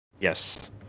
Yes